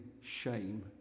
shame